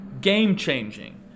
game-changing